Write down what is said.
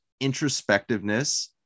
introspectiveness